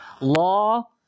law